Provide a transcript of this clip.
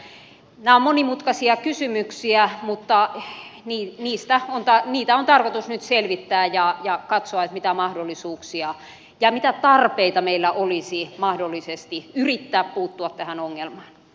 nämä ovat monimutkaisia kysymyksiä mutta niitä on tarkoitus nyt selvittää ja katsoa mitä mahdollisuuksia ja mitä tarpeita meillä olisi mahdollisesti yrittää puuttua tähän ongelmaan